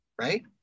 right